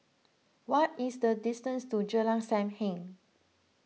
what is the distance to Jalan Sam Heng